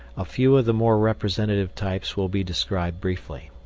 a few of the more representative types will be described briefly.